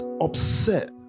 upset